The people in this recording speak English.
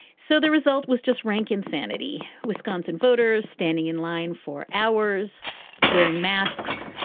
so the result was just rank insanity. wisconsin voters standing in line for hours wearing masks.